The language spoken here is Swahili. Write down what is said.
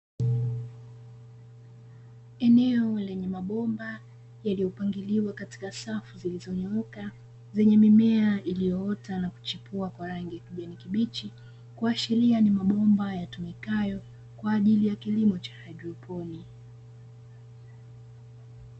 Eneo lenye mabomba yaliyopangiliwa katika safu zilizonyooka zenye mimea iliyoota na kuchipua kwa rangi ya kijani kibichi, kuashiria ni mabomba yatumikayo kwa ajili ya kilimo cha haidroponi.